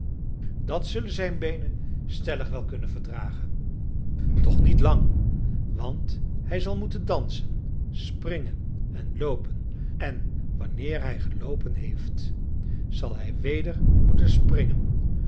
dat zullen zijn beenen stellig wel kunnen verdragen toch niet lang want hij zal moeten dansen springen en loopen en wanneer hij geloopen heeft zal hij weder moeten springen